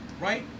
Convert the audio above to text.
right